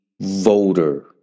voter